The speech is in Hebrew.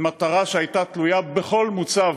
מטרה שהייתה תלויה בכל מוצב,